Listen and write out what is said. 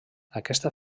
aquesta